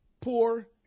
poor